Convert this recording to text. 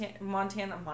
Montana